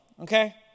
Okay